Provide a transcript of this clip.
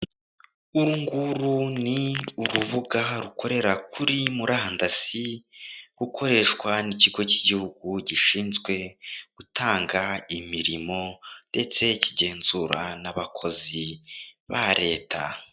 Uru nguru ni urubuga rukorera kuri murandasi, rukoreshwa n'ikigo cy'igihugu gishinzwe gutanga imirimo ndetse kigenzura n'abakozi ba leta.